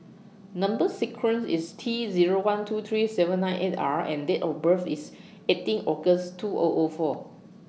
Number sequence IS T Zero one two three seven nine eight R and Date of birth IS eighteen August two O O four